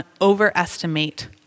overestimate